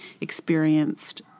experienced